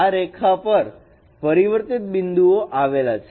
આ રેખા પર પરિવર્તિત બિંદુઓ આવેલા છે